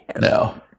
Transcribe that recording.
No